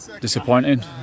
disappointing